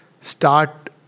start